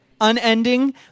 unending